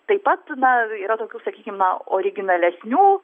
taip pat na yra tokių sakykim na originalesnių